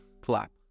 Clap